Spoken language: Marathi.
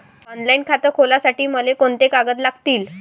ऑनलाईन खातं खोलासाठी मले कोंते कागद लागतील?